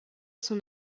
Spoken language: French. son